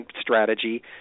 strategy